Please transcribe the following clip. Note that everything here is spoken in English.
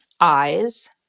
eyes